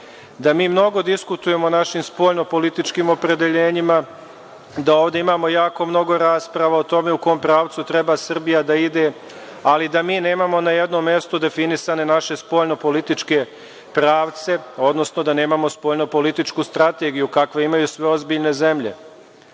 da mi mnogo diskutujemo o našim spoljno političkim opredeljenjima, da ovde imamo jako mnogo rasprava o tome u kom pravcu treba Srbija da ide, ali da nemamo na jednom mestu definisane naše spoljno političke pravce, odnosno da nemamo spoljno političku strategiju kakve imaju sve ozbiljne zemlje. Na